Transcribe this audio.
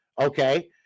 okay